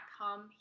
come